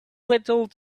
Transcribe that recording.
little